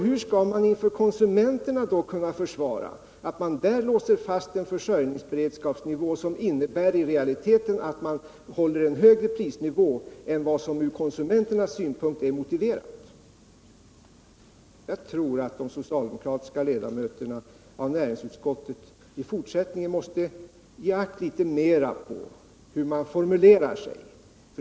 Hur skall man inför konsumenterna kunna försvara att man där låser fast en försörjningsberedskapsnivå som i realiteten innebär att man håller en högre prisnivå än vad som från konsumenternas 65 synpunkt är motiverat? Jag tror att de socialdemokratiska ledamöterna i näringsutskottet i fortsättningen litet mer måste ge akt på hur de formulerar sig.